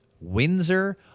Windsor